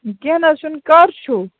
کیٚنٛہہ نہ حظ چھُنہٕ کَر چھُو